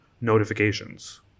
notifications